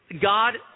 God